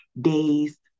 days